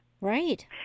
Right